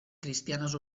cristianes